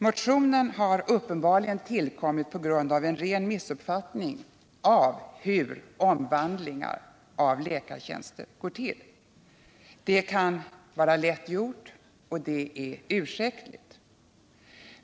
Motionen har uppenbarligen tillkommit på grund av en ren missuppfattning av hur omvandlingar av läkartjänster går till. Det kan vara lätt gjort och det är ursäktligt.